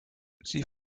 sie